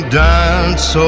dance